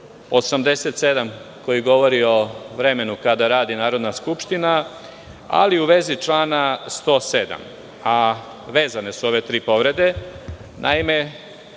87. koji govori o vremenu kada radi Narodna skupština, ali u vezi člana 107. Vezane su ove tri povrede. Naime,